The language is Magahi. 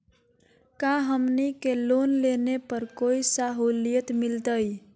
का हमनी के लोन लेने पर कोई साहुलियत मिलतइ?